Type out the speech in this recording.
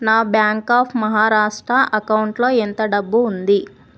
నా bank of Maharashtra అకౌంట్లో ఎంత డబ్బు ఉంది